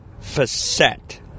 facet